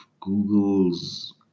google's